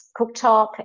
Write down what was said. cooktop